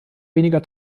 weniger